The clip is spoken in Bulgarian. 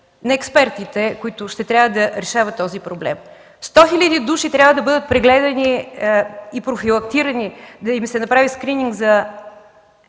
на експертите, които ще трябва да решават този проблем. Сто хиляди души трябва да бъдат прегледани и профилактирани, да им се направи скрининг за